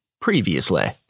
previously